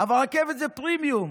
אבל רכבת היא פרמיום.